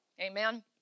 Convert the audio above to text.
Amen